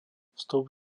vstup